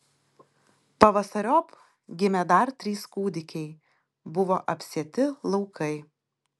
pavasariop gimė dar trys kūdikiai buvo apsėti laukai